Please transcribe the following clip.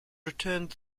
returned